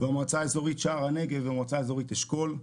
מהמועצה האזורית שער הנגב ומהמועצה האזורית אשכול.